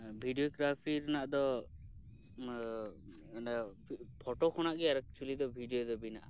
video ᱜᱨᱟᱯᱷᱤ ᱨᱮᱭᱟᱜ ᱫᱚ ᱚᱱᱮ ᱯᱷᱳᱴᱳ ᱠᱷᱳᱱᱟᱜ ᱜᱮ ᱮᱠᱪᱩᱭᱮᱞᱤ ᱵᱷᱤᱰᱭᱳ ᱫᱚ ᱵᱮᱱᱟᱜᱼᱟ